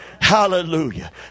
Hallelujah